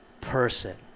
person